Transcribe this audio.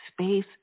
space